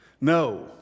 No